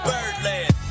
Birdland